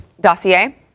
dossier